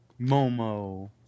Momo